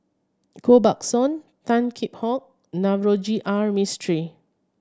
Koh Buck Song Tan Kheam Hock Navroji R Mistri